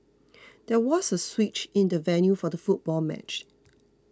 there was a switch in the venue for the football match